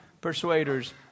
persuaders